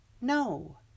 no